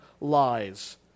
lies